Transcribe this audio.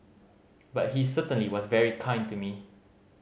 but he certainly was very kind to me